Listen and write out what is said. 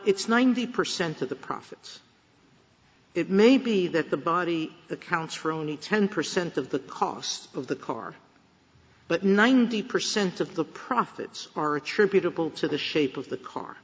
it's ninety percent of the profits it may be that the body accounts for only ten percent of the cost of the car but ninety percent of the profits are attributable to the shape of the car